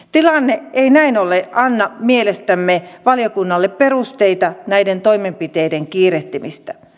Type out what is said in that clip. tilanne ei näin ollen anna mielestämme valiokunnalle perusteita näiden toimenpiteiden kiirehtimiselle